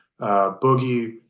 Boogie